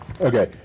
Okay